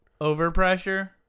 Overpressure